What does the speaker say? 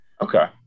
okay